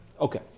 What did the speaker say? Okay